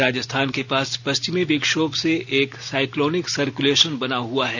राजस्थान के पास पश्चिमी विक्षोम से एक साइक्लोनिक सर्कुलेशन बना हुआ है